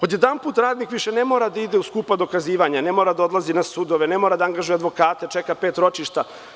Odjedanput radnik više ne mora da ide u skupa dokazivanja, ne mora da odlazi na sudove, ne mora da angažuje advokate, da čeka pet ročišta.